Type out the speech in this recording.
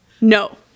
no